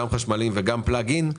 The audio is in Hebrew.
גם חשמליים וגם פלאג אין,